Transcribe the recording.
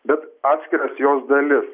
bet atskiras jos dalis